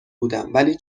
بودم، ولی